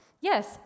yes